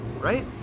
right